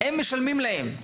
הם משלמים להם.